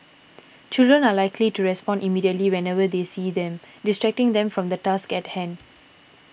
children are likely to respond immediately whenever they see them distracting them from the task at hand